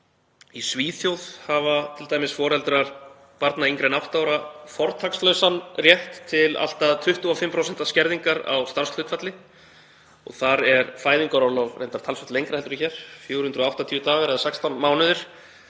Í Svíþjóð hafa t.d. foreldrar barna yngri en átta ára fortakslausan rétt til allt að 25% skerðingar á starfshlutfalli. Þar er fæðingarorlof reyndar talsvert lengra en hér, 480 dagar eða 16 mánuðir,